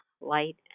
light